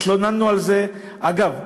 התלוננו על זה, אגב,